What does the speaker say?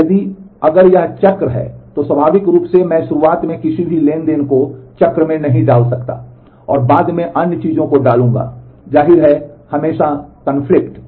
लेकिन अगर यह एक चक्र है तो स्वाभाविक रूप से मैं शुरुआत में किसी भी ट्रांज़ैक्शन को चक्र में नहीं डाल सकता हूं और बाद में अन्य चीजों को डालूंगा जाहिर है हमेशा विरोधाभासी